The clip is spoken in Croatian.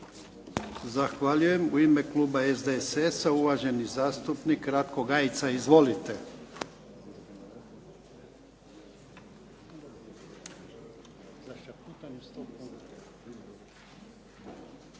Zahvaljujem. U ime Kluba SDSS-a uvaženi zastupnik Ratko GAjica. Izvolite.